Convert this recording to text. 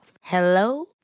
Hello